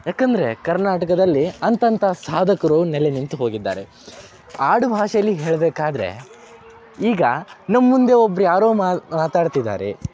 ಏಕಂದ್ರೆ ಕರ್ನಾಟಕದಲ್ಲಿ ಅಂತಂಥ ಸಾಧಕರು ನೆಲೆ ನಿಂತು ಹೋಗಿದ್ದಾರೆ ಆಡುಭಾಷೆಲ್ಲಿ ಹೇಳಬೇಕಾದ್ರೆ ಈಗ ನಮ್ಮ ಮುಂದೆ ಒಬ್ರು ಯಾರೋ ಮಾತಾಡ್ತಿದ್ದಾರೆ